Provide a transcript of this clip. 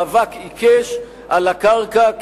מאבק עיקש על הקרקע,